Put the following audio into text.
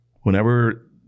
whenever